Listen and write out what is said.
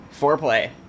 foreplay